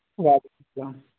وعلیکم السلام